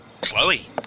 Chloe